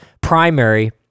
primary